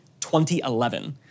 2011